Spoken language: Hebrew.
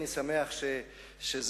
ואני שמח בזה,